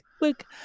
look